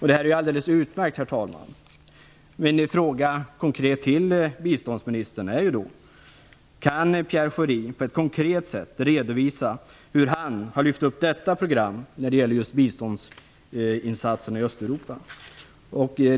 Det här är alldeles utmärkt, herr talman! Min konkreta fråga till biståndsministern är då: Kan Pierre Schori på ett konkret sätt redovisa hur han har lyft upp detta program när det gäller just biståndsinsatserna i Östeuropa?